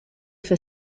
for